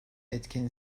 etken